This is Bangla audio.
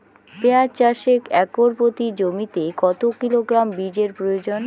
পেঁয়াজ চাষে একর প্রতি জমিতে কত কিলোগ্রাম বীজের প্রয়োজন?